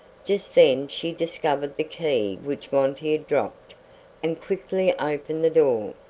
just then she discovered the key which monty had dropped and quickly opened the door,